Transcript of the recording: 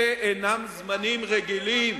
אלה אינם זמנים רגילים.